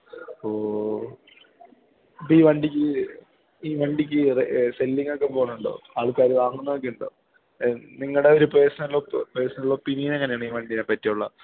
ഓ അപ്പം ഈ വണ്ടിക്ക് ഈ വണ്ടിക്ക് വേറെ സെല്ലിങ്ങക്കെ പോകണുണ്ടോ ആൾക്കാർ വാങ്ങുമെന്നൊക്കെ ഉണ്ടോ നിങ്ങളുടെ ഒരു പേഴ്സണൽ ഒപ് പേഴ്സണൽ ഒപ്പീനിയനെങ്ങനെയാണ് ഈ വണ്ടിയെ പറ്റിയുള്ള